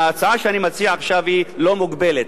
ההצעה שאני מציע עכשיו היא לא מוגבלת,